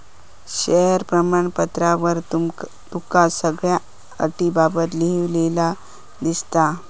share प्रमाणपत्रावर तुका सगळ्यो अटींबाबत लिव्हलेला दिसात